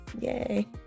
Yay